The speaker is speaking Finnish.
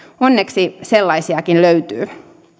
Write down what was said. onneksi sellaisiakin löytyy